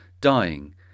dying